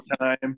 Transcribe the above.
time